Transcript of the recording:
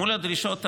מול הדרישות האלה,